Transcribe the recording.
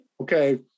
Okay